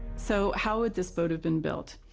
so how would this boat have been built?